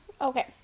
Okay